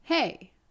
Hey